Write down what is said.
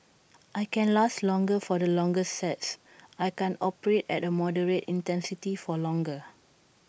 I can last longer for the longer sets I can operate at A moderate intensity for longer